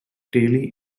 daily